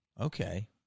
Okay